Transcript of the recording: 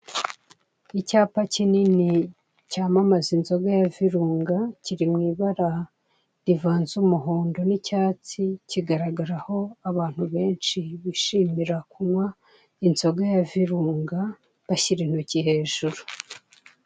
Icyapa kinini cyamamaza inzoga yza virunga kiri mu ibara rivanze umuhondo n'icyatsi kigaragaraho abantu benshi bishimira kunywa inzoga ya virunga bashira intoki hejuru.